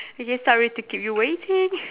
okay sorry to keep you waiting